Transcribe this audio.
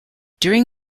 during